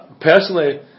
Personally